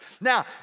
Now